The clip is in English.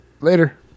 Later